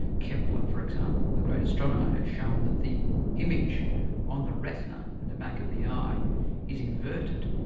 kepler, for example, the great astronomer, had shown that the image on the retina in the back of the eye is inverted,